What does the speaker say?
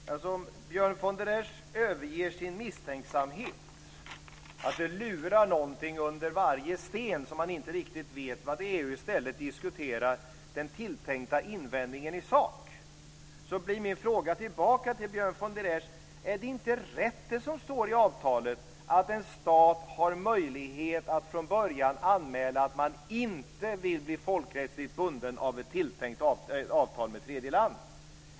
Fru talman! Om Björn von der Esch överger sin misstänksamhet om att det lurar någonting under varje sten som man inte riktigt vet vad det är och i stället diskuterar den tilltänkta invändningen i sak blir min fråga tillbaka till Björn von der Esch: Är det inte rätt att det står i avtalet att en stat har möjlighet att från början anmäla att man inte vill bli folkrättsligt bunden av ett tilltänkt avtal med tredje land?